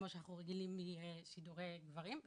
כמו שאנחנו רגילים משידורי גברים,